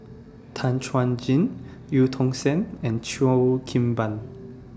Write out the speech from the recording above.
Tan Chuan Jin EU Tong Sen and Cheo Kim Ban